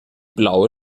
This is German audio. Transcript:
blaue